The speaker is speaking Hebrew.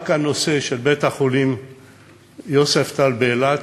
הנושא של בית-החולים יוספטל באילת,